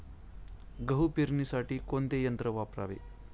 गहू पेरणीसाठी कोणते यंत्र वापरावे?